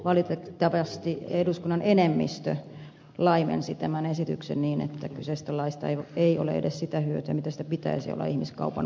valitettavasti eduskunnan enemmistö laimensi tämän esityksen niin että kyseisestä laista ei ole edes sitä hyötyä mitä siitä pitäisi olla ihmiskaupan uhreille